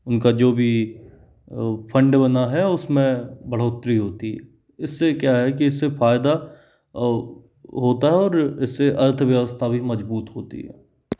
उनका जो भी फंड बना है उसमें बढ़ोतरी होती है इससे क्या है कि इससे फ़ायदा और होता है और इससे अर्थव्यवस्था भी मजबूत होती है